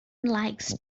likes